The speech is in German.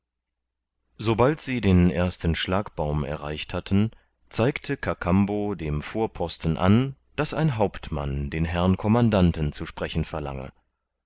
sobald sie den ersten schlagbaum erreicht hatten zeigte kakambo dem vorposten an daß ein hauptmann den herrn commandanten zu sprechen verlange